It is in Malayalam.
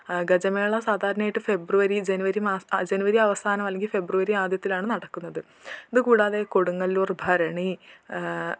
ഗജമേള സാധാരണയായിട്ട് ഫെബ്രുവരി ജനുവരി മാസ ജനുവരി അവസാനം അല്ലെങ്കിൽ ഫെബ്രുവരി ആദ്യത്തിലാണ് നടത്തുന്നത് ഇത് കൂടാതെ കൊടുങ്ങല്ലൂർ ഭരണി